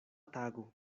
tago